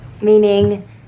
Meaning